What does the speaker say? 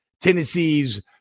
Tennessee's